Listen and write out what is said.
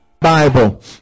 Bible